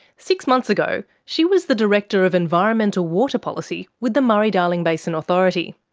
six months ago she was the director of environmental water policy with the murray-darling basin authority.